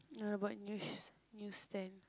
no about English news stand